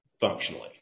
Functionally